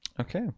okay